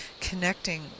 connecting